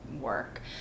work